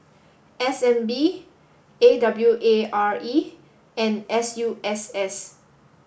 S N B A W A R E and S U S S